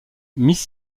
miss